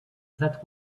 that